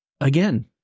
Again